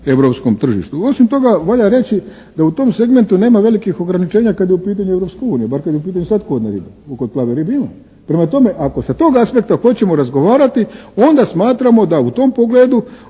europskom tržištu. Osim toga valja reći da u tom segmentu nema velikih ograničenja kada je u pitanju Europska unija, bar kada je u pitanju slatkovodna riba. Kod plave ribe ima. Prema tome, ako sa tog aspekta hoćemo razgovarati onda smatramo da u tom pogledu